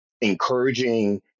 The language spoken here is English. encouraging